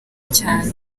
cyane